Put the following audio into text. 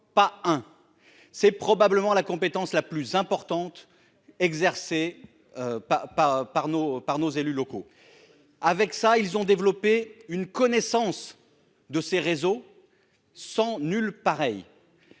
Pas un ! C'est probablement la compétence la plus importante exercée par nos élus locaux. Ils ont développé une connaissance de ces réseaux à nulle